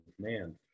man